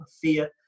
fear